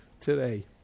today